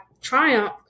triumph